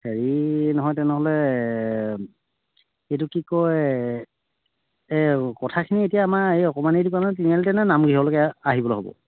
হেৰি নহয় তেনেহ'লে এইটো কি কয় এই কথাখিনি এতিয়া আমাৰ এই অকণমানি দোকানৰ তিনিআলিতেনে নামগৃহলৈকে আহিবলৈ ক'ব